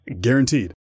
Guaranteed